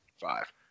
five